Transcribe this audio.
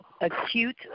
acute